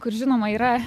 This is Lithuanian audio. kur žinoma yra